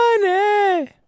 money